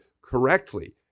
correctly